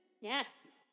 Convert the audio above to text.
Yes